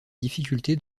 difficulté